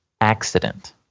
accident